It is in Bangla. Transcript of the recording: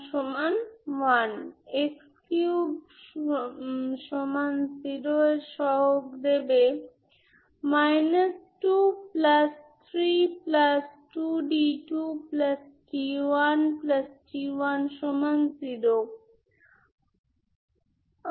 আপনি x ঠিক করার পর এই সংখ্যার একটি সিরিজ আছে সিরিজটি সেই বিন্দুতে x f এ রূপান্তরিত হয়